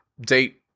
date